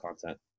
content